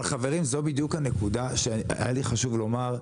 אבל חברים זו בדיוק הנקודה שהיה לי חשוב לומר,